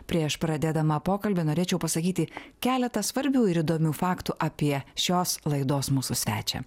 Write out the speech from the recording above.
prieš pradėdama pokalbį norėčiau pasakyti keletą svarbių ir įdomių faktų apie šios laidos mūsų svečią